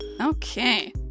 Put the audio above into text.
Okay